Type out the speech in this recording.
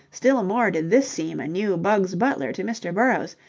still more did this seem a new bugs butler to mr. burrowes,